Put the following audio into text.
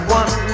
one